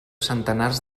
centenars